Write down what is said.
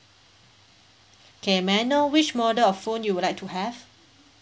K may I know which model of phone you would like to have